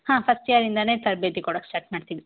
ಹಾಂ first year ಇಂದಾನೆ ತರಬೇತಿ ಕೊಡಕ್ಕೆ ಸ್ಟಾರ್ಟ್ ಮಾಡ್ತೀವಿ